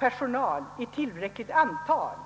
personal i tillräckligt antal.